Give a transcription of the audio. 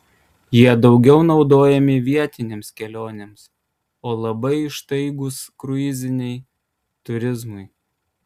jie daugiau naudojami vietinėms kelionėms o labai ištaigūs kruiziniai turizmui